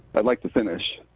i'd like to finish.